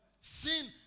Sin